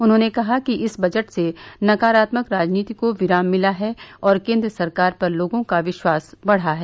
उन्होंने कहा कि इस बजट से नकारात्मक राजनीति को विराम मिला है और केन्द्र सरकार पर लोगों को विश्वास बढ़ा है